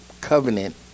covenant